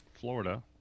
Florida